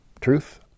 Truth